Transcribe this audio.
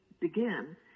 begin